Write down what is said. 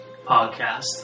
podcast